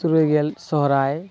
ᱛᱩᱨᱩᱭᱜᱮᱞ ᱥᱚᱨᱦᱟᱭ